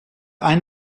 ein